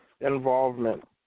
involvement